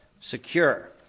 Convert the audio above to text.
secure